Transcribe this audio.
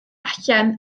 allan